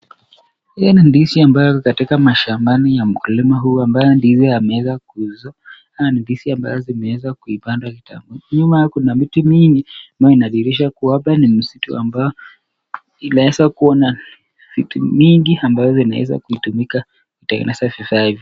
Hii ni ndizi ambayo iko katika mashambani ya mkulima huyu ambaye ndizi ameweza kuoza, haya ni ndizi ambayo yaliweza kupandwa kitambo. Nyuma kuna miti mingi ambayo inadhihirisha kuwa labda ni msitu ambao imeweza kuwa na vitu mingi ambayo inaweza kutumika kutengeneza vifaa hivi.